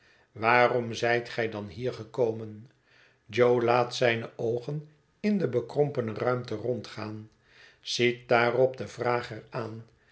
waarom zijt ge dan hier gekomen jo laat zijne oogen in de bekrompene ruimte rondgaan ziet daarop den vrager aan